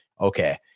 Okay